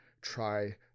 try